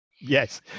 yes